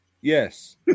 Yes